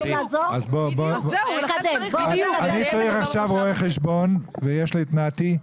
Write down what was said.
אני צריך עכשיו רואה חשבון ויש לי את נתי,